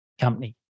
company